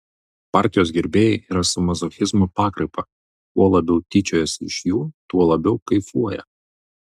partijos gerbėjai yra su mazochizmo pakraipa kuo labiau tyčiojasi iš jų tuo labiau kaifuoja